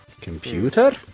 Computer